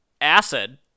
acid